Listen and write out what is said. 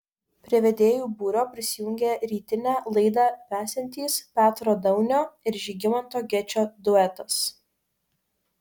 prie vedėjų būrio prisijungė rytinę laidą vesiantis petro daunio ir žygimanto gečo duetas